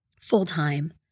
full-time